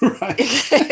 Right